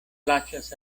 plaĉas